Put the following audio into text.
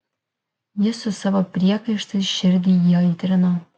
ji su savo priekaištais širdį įaitrino